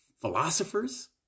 philosophers